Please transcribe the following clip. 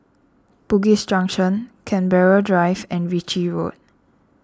Bugis Junction Canberra Drive and Ritchie Road